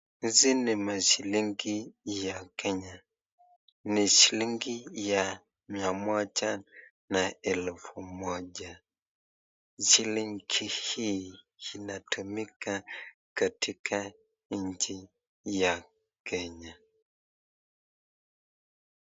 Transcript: Hizi ni mashilingi ya Kenya, ni shilingi ya mia moja na elfu moja. Shilingi hii inatumika katika nchi ya Kenya.